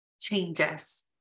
changes